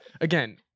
again